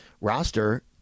roster